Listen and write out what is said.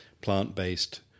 plant-based